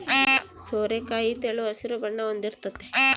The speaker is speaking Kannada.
ಸೋರೆಕಾಯಿ ತೆಳು ಹಸಿರು ಬಣ್ಣ ಹೊಂದಿರ್ತತೆ